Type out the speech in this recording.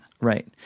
Right